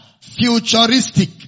Futuristic